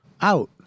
out